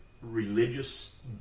Religious